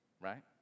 Right